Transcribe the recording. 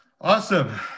Awesome